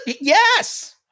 Yes